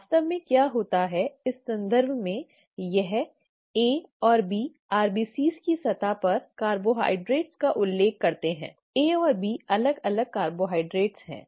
वास्तव में क्या होता है इस संदर्भ में यह A और B RBCs की सतह पर कार्बोहाइड्रेट का उल्लेख करता है A और B अलग अलग कार्बोहाइड्रेट हैं